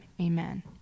Amen